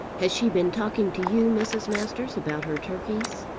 has she been talking to you, mrs. masters, about her turkeys?